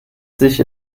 sich